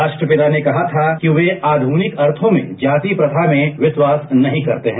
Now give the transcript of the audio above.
राष्ट्रपिता ने कहा था कि वे आधुनिक अर्थो में जातिप्रथा में विश्वास नहीं करते हैं